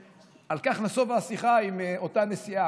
על כך נסובה השיחה עם אותה נשיאה,